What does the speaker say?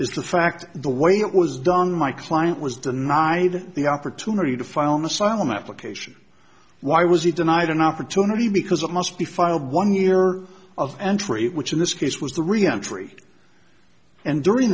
is the fact the way it was done my client was denied the opportunity to file an asylum application why was he denied an opportunity because it must be filed one year of entry which in this case was the reentry and during